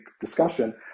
discussion